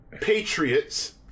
Patriots